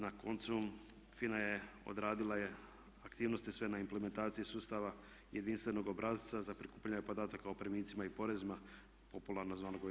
Na koncu FINA je, odradila je aktivnosti sve na implementaciji sustava jedinstvenog obrasca za prikupljanje podataka o primicima i porezima popularno zvanog JOPD.